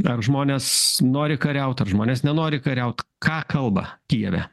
ar žmonės nori kariaut ar žmonės nenori kariaut ką kalba kijeve